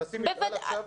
תעשי משאל עכשיו.